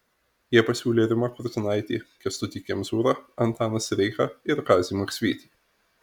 jie pasiūlė rimą kurtinaitį kęstutį kemzūrą antaną sireiką ir kazį maksvytį